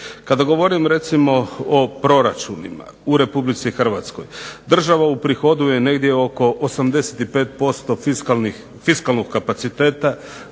Kada govorim recimo o proračunima u Republ8ici Hrvatskoj država uprihoduje negdje oko 85% fiskalnog kapaciteta,